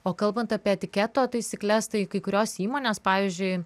o kalbant apie etiketo taisykles tai kai kurios įmonės pavyzdžiui